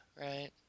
right